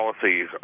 policies